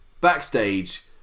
backstage